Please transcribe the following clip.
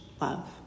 love